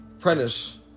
Prentice